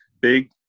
big